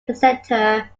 presenter